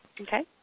Okay